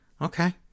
Okay